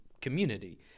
community